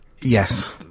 Yes